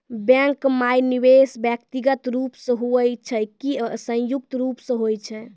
Bank माई निवेश व्यक्तिगत रूप से हुए छै की संयुक्त रूप से होय छै?